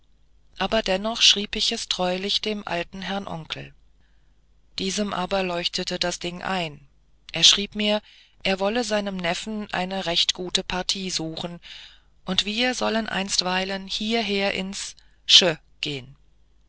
aber dennoch schrieb ich es treulich dem alten herrn onkel diesem aber leuchtete das ding ein er schrieb mir er wolle seinem neffen eine rechte gute partie suchen und wir sollen einstweilen hieher ins sche gehen